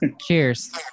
Cheers